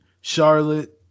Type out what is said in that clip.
Charlotte